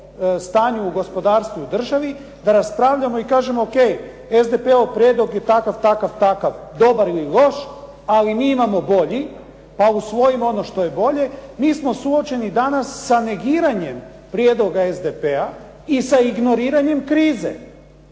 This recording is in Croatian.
stanju u gospodarstvu i državi da raspravljamo i kažemo ok SDP-ov prijedlog je takav, takav, dobar ili loš ali mi imamo bolji pa usvojimo ono što je bolje mi smo suočeni danas sa negiranjem prijedloga SDP-a i sa ignoriranjem krize.